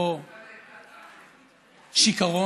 או שיכרון,